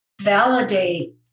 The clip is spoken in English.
validate